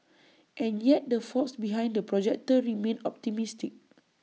and yet the folks behind the projector remain optimistic